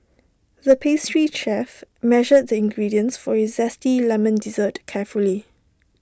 the pastry chef measured the ingredients for A Zesty Lemon Dessert carefully